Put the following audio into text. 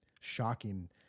shocking